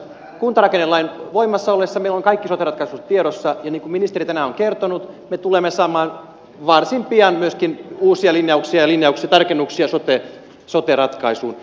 kuntarakennelain voimassa ollessa meillä on kaikki sote ratkaisut tiedossa ja niin kuin ministeri tänään on kertonut me tulemme saamaan varsin pian myöskin uusia linjauksia ja linjauksen tarkennuksia sote ratkaisuun